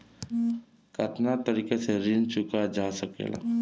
कातना तरीके से ऋण चुका जा सेकला?